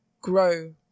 grow